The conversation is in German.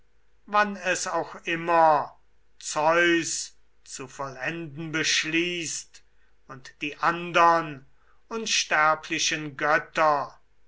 wann es auch immer zeus zu vollenden beschließt und die andern unsterblichen götter